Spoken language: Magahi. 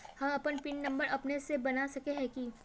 हम अपन पिन नंबर अपने से बना सके है की?